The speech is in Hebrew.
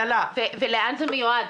ולאן זה מיועד?